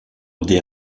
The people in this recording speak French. des